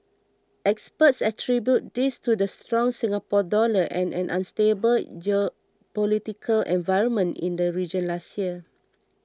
experts attribute this to the strong Singapore Dollar and an unstable geopolitical environment in the region last year